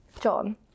John